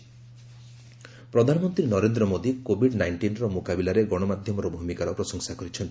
PM ପତ୍ରିକା ଗେଟ୍ ପ୍ରଧାନମନ୍ତ୍ରୀ ନରେନ୍ଦ୍ର ମୋଦି କୋଭିଡ ନାଇଷ୍ଟିନ୍ର ମୁକାବିଲାରେ ଗଣମାଧ୍ୟମର ଭୂମିକାର ପ୍ରଶଂସା କରିଛନ୍ତି